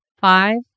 Five